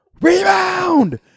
rebound